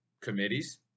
committees